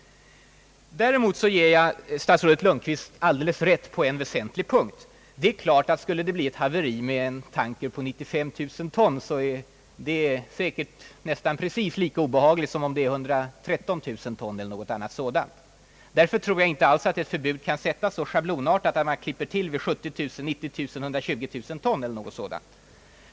Däremot ger jag statsrådet Lundkvist rätt i en väsentlig punkt. Om det skulle bli ett haveri med en tanker på 95 000 ton, är detta säkerligen nästan lika obehagligt som om tankern skulle vara på 113000 ton eller liknande. Därför tror jag inte att ett förbud kan sättas så schablonartat att man fastställer gränsen vid just 70 000, 90 000, 120 000 ton eller dylikt.